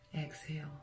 Exhale